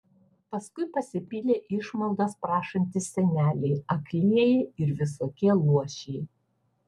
paskui pasipylė išmaldos prašantys seneliai aklieji ir visokie luošiai